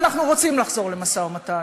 ואנחנו רוצים לחזור למשא-ומתן,